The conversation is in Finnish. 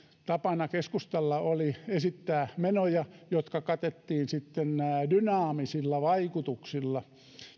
tapana keskustalla oli esittää menoja jotka katettiin sitten dynaamisilla vaikutuksilla